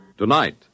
Tonight